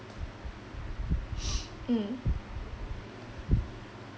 mm